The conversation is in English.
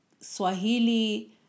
Swahili